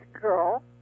girl